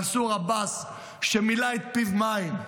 מנסור עבאס, שמילא את פיו מים,